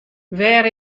wêr